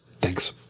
thanks